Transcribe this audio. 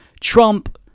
Trump-